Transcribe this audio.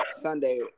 Sunday